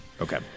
Okay